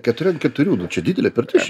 keturi an keturių nu čia didelė pirtis